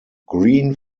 green